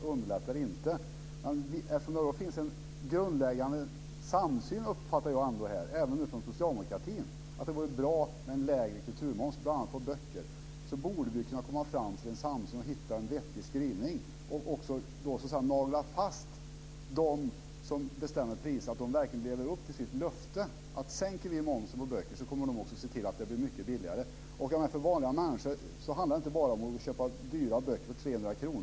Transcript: Jag uppfattar att det ändå finns en grundläggande samsyn, även från socialdemokratin, om att det vore bra med en lägre kulturmoms bl.a. på böcker. Därför borde vi kunna fram till en samsyn om att hitta en vettig skrivning. Vi borde även kunna nagla fast dem som bestämmer priserna så att de verkligen lever upp till sitt löfte. Sänker vi momsen på böcker så måste de också se till att de blir mycket billigare. För vanliga människor handlar det inte bara om att gå och köpa dyra böcker för 300 kr.